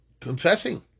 confessing